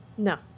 No